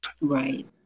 Right